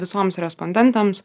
visoms respondentėms